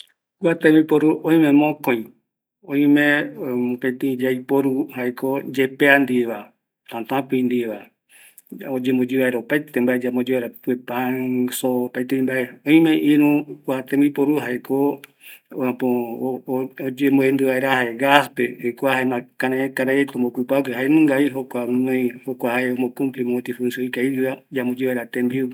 ﻿Kua tembiporu oime mokoɨ, oime mopeti yaiporu jaeko yepea ndiveva, tatati ndieva oyemboyɨ vaera opaete mbae yambori vaera pipe pan, soo, opaetei mbae, oime irü kua tembiporu jaeko äpo oyemboendi vaera jae gaspe, kua jaema karairëtara reta ombokupague, jaenungavi jokua guinoi, jokua jae omo kumpli mopeti iakvigueva yamboyi vaera tembiu